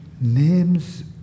names